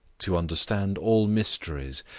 to understand all mysteries,